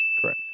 Correct